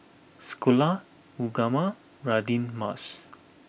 Sekolah Ugama Radin Mas